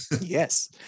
Yes